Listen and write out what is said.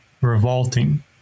revolting